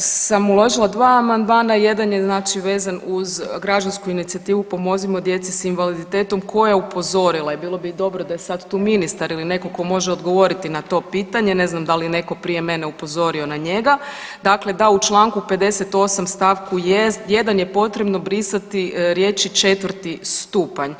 sam uložila 2 amandmana, jedan je znači vezan uz građansku inicijativu "Pomozimo djeci s invaliditetom" koja je upozorila i bilo bi dobro da je sad tu ministar ili netko tko može odgovoriti na to pitanje, ne znam da li je netko prije mene upozorio na njega, dakle da u čl. 58 st. 1 je potrebno brisati riječi "4. Stupanj"